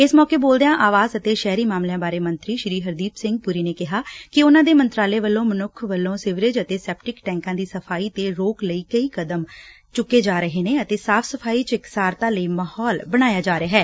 ਇਸ ਮੌਕੇ ਬੋਲਦਿਆਂ ਆਵਾਸ ਅਂਤੇ ਸ਼ਹਿਰੀ ਮਾਮਲਿਆਂ ਬਾਰੇ ਮੰਤਰੀ ਹਰਦੀਪ ਸਿੰਘ ਪੁਰੀ ਨੇ ਕਿਹਾ ਕਿ ਉਨ੍ਨਾਂ ਦੇ ਮੰਤਰਾਲੇ ਵੱਲੋਂ ਮਨੁੱਖ ਵੱਲੋਂ ਸੀਵਰੇਜ ਅਤੇ ਸੈਪਟਿਕ ਟੈਕਾਂ ਦੀ ਸਫਾਈ ਤੇ ਰੋਕ ਲਈ ਕਈ ਕਦਮ ਚੁੱਕੇ ਜਾ ਰਹੇ ਨੇ ਅਤੇ ਸਾਫ਼ ਸਫ਼ਾਈ ਚ ਇਕਸਾਰਤਾ ਲਈ ਮਾਹੌਲ ਬਣਾਇਆ ਜਾ ਰਿਹੈ